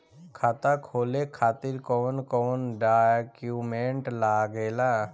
खाता खोले खातिर कौन कौन डॉक्यूमेंट लागेला?